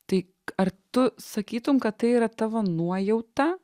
tai ar tu sakytum kad tai yra tavo nuojauta